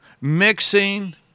mixing